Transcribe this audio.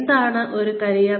എന്താണ് ഒരു കരിയർ